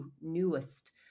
newest